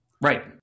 Right